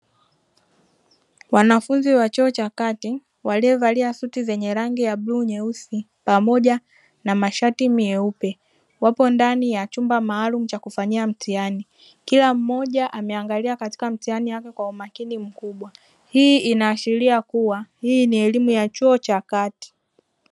Wanafunzi wa chuo cha kati waliovalia suti zenye rangi ya bluu, nyeusi pamoja na mashati meupe wapo ndani ya chumba maalumu cha kufanyia mtihani kila mmoja ameangalia katika mtihani wake kwa umakini mkubwa hii inaashiria kuwa hii ni elimu ya chuo cha kati.